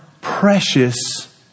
precious